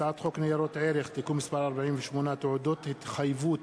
הצעת חוק ניירות ערך (תיקון מס' 48) (תעודות התחייבות),